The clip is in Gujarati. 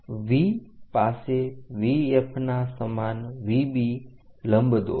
V પાસે VF ના સમાન VB લંબ દોરો